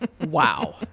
wow